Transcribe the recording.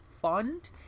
Fund